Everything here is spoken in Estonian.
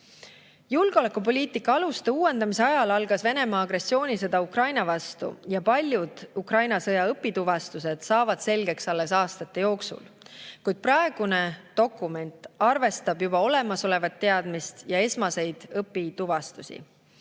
Julgeolekupoliitika aluste uuendamise ajal algas Venemaa agressioonisõda Ukraina vastu ja paljud Ukraina sõja õpituvastused saavad selgeks alles aastate jooksul. Kuid praegune dokument arvestab juba olemasolevat teadmist ja esmaseid õpituvastusi.